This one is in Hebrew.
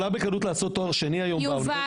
אישה חרדית יכולה לעשות בקלות תואר שני היום באוניברסיטה?